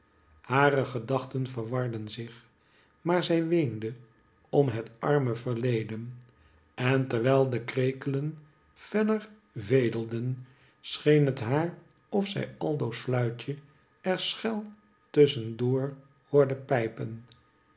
hare gedachten verwarden zich maar zij weende om het arme verleden en terwijl de krekelen feller vedelden scheen het haar of zij aldo's fluitje er schel tusschen door hoorde pijpen